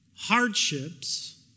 hardships